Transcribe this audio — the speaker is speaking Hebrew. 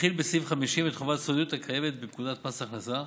מחיל בסעיף 50 את חובת הסודיות הקיימת בפקודת מס הכנסה.